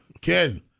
Ken